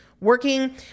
working